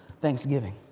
thanksgiving